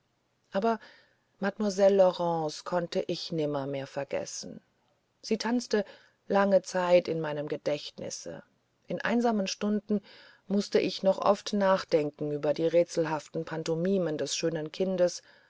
aber mademoiselle laurence konnte ich nimmermehr vergessen sie tanzte lange zeit in meinem gedächtnisse in einsamen stunden mußte ich noch oft nachdenken über die rätselhaften pantomimen des schönen kindes